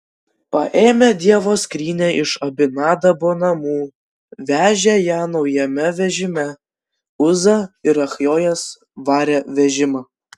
paėmę dievo skrynią iš abinadabo namų vežė ją naujame vežime uza ir achjojas varė vežimą